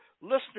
listening